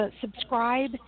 subscribe